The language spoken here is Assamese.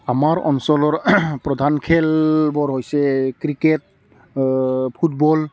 আমাৰ অঞ্চলৰ প্ৰধান খেলবোৰ হৈছে ক্ৰিকেট ফুটবল